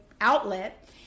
outlet